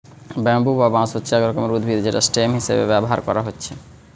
bamboo বা বাঁশ হচ্ছে এক রকমের উদ্ভিদ যেটা স্টেম হিসাবে ব্যাভার কোরা হচ্ছে